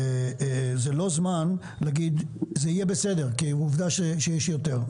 זה לא זמן להגיד שזה יהיה בסדר כי עובדה שיש יותר.